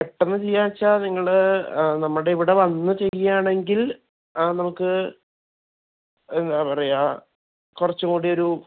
പെട്ടെന്ന് ചെയ്യാച്ചാ നിങ്ങൾ നമ്മുടെ ഇവിടെ വന്ന് ചെയ്യുകയാണെങ്കിൽ ആ നമുക്ക് എന്താണ് പറയുക കുറച്ചു കൂടി ഒരു